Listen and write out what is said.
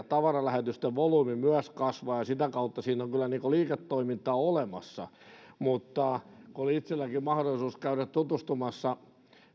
tavaralähetysten volyymi kasvaa ja sitä kautta siinä on kyllä liiketoimintaa olemassa mutta kun itsellänikin oli mahdollisuus käydä tutustumassa